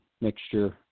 mixture